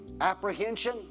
apprehension